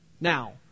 Now